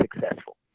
successful